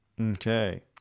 okay